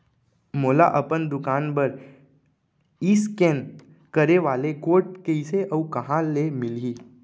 मोला अपन दुकान बर इसकेन करे वाले कोड कइसे अऊ कहाँ ले मिलही?